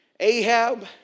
Ahab